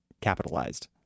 capitalized